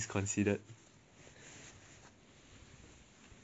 pretty rough lah they wait a little while longer for you to take one